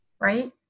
right